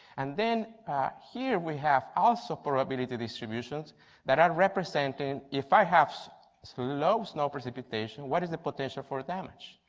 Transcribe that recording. and then here we have also probability dissolution the and representing if i have so so low snow precipitation, what is the potential for damage?